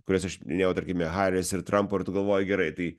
kuriuos aš minėjau tarkime haris ir trampo ir tu galvoji gerai tai